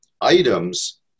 items